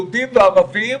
יהודים וערבים,